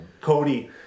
Cody